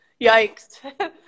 Yikes